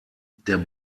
der